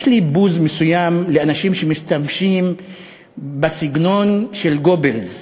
יש לי בוז מסוים לאנשים שמשתמשים בסגנון של גבלס: